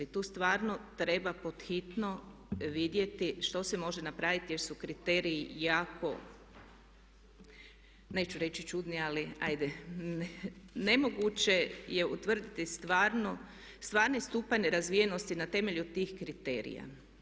Tu stvarno treba pod hitno vidjeti što se može napraviti jer su kriteriji jako neću reći čudni ali ajde nemoguće je utvrditi stvarni stupanj razvijenosti na temelju tih kriterija.